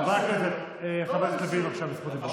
חבר הכנסת לוין, בבקשה, בזכות דיבור.